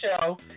show